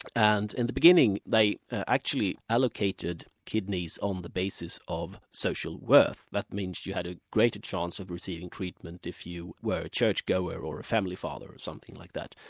and in the beginning they actually allocated kidneys on the basis of social worth. that means that you had a greater chance of receiving treatment if you were a churchgoer or a family father, or something like that.